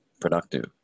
productive